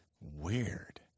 Weird